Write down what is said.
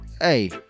Hey